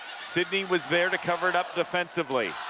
sidney was there to cover it up defensively